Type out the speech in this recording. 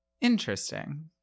Interesting